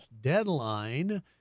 deadline